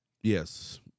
Yes